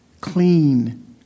clean